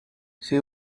she